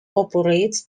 operates